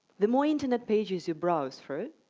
the more internet pages you browse through,